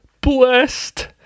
blessed